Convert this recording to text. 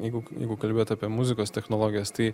jeigu jeigu kalbėti apie muzikos technologijas tai